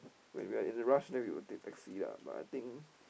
when we are in a rush then we will take taxi lah but I think